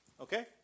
Okay